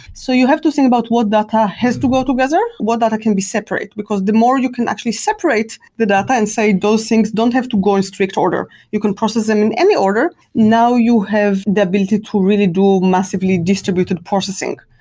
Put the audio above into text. so you have to think about what data has to go what data can be separate, because the more you can actually separate the data and say, those things don't have to go in strict order. you can process them in any order. now you have the ability to really do massively distributed processing,